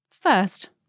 First